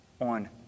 on